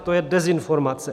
To je dezinformace.